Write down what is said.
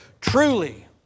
Truly